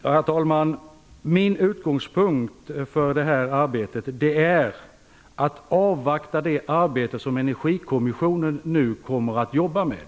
Herr talman! Min utgångspunkt för detta arbete är att avvakta det arbete som Energikommissionen nu kommer att jobba med.